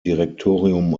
direktorium